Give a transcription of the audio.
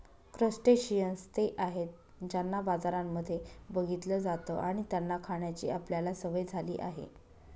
crustaceans ते आहेत ज्यांना बाजारांमध्ये बघितलं जात आणि त्यांना खाण्याची आपल्याला सवय झाली आहे